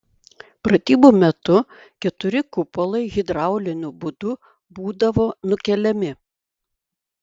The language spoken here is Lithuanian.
pratybų metu keturi kupolai hidrauliniu būdu būdavo nukeliami